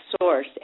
source